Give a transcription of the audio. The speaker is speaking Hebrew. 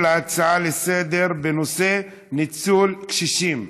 להצעות לסדר-היום בנושא: ניצול קשישים,